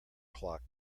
clock